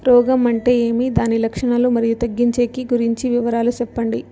రోగం అంటే ఏమి దాని లక్షణాలు, మరియు తగ్గించేకి గురించి వివరాలు సెప్పండి?